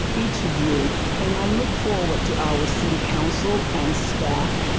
each of you and i look forward to our city council and staff,